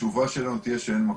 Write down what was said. התשובה שלנו תהיה שאין מקום.